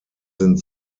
sind